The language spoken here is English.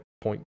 point